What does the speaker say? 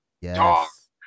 yes